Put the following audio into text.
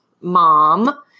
mom